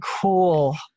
cool